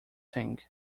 sing